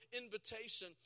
invitation